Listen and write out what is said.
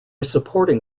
supporting